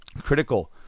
critical